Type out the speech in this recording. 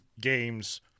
games